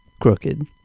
crooked